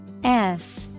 -F